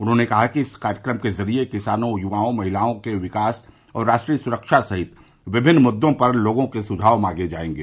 उन्होंने कहा कि इस कार्यक्रम के जरिए किसानों युवाओं महिलाओं के विकास और राष्ट्रीय सुरक्षा सहित विभिन्ना मुद्दों पर लोगों के सुझाव मांगे जायेंगे